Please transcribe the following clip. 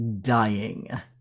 dying